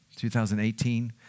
2018